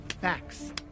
Facts